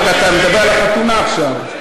רגע, אתה מדבר על החתונה עכשיו.